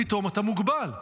פתאום אתה מוגבל פתאום,